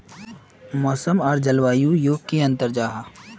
मौसम आर जलवायु युत की अंतर जाहा?